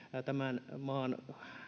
tämän maan